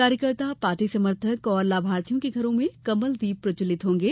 कार्यकर्ता पार्टी समर्थक और लाभार्थियों के घरों में कमल दीप प्रज्ज्वलित होंगे